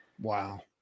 Wow